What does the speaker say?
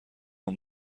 نوع